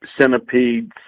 centipede